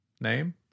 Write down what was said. name